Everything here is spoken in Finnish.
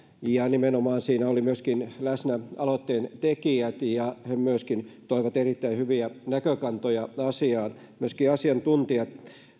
nimenomaan se että läsnä olivat myös aloitteentekijät ja että he toivat esiin erittäin hyviä näkökantoja asiaan myöskin asiantuntijat